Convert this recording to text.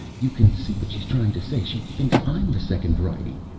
you can see what she's trying to say. she thinks i'm the second variety.